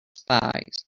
spies